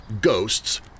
ghosts